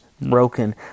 broken